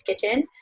Kitchen